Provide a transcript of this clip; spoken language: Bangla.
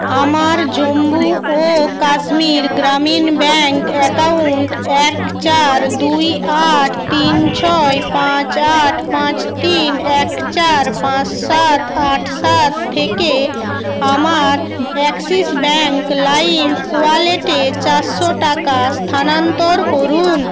আমার জম্বু ও কাশ্মীর গ্রামীণ ব্যাঙ্ক অ্যাকাউন্ট এক চার দুই আট তিন ছয় পাঁচ আট পাঁচ তিন এক চার পাঁচ সাত আট সাত থেকে আমার অ্যাক্সিস ব্যাঙ্ক লাইম ওয়ালেটে চারশো টাকা স্থানান্তর করুন